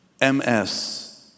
MS